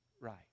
right